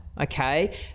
okay